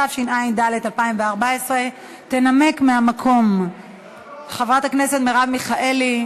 התשע"ד 2014. תנמק מהמקום חברת הכנסת מרב מיכאלי.